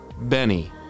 Benny